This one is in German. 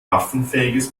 waffenfähiges